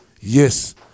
Yes